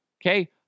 okay